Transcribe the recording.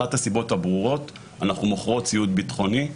אחת הסיבות הברורות אנחנו מוכרים ציוד ביטחוני.